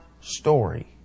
story